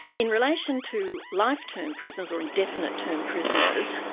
in relation to life-term prisoners, or indefinite term prisoners,